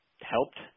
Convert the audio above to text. helped